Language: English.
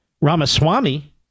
Ramaswamy